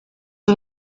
uyu